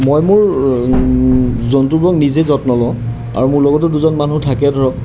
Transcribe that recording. মই মোৰ জন্তুবোৰক নিজে যত্ন লওঁ আৰু মোৰ লগতো দুজন মানুহ থাকে ধৰক